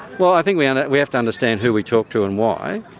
well, i think we and we have to understand who we talk to and why.